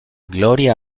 gloria